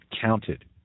counted